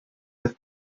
with